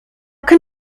can